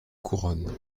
couronne